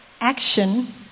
action